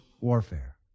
warfare